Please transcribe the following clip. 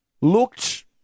Looked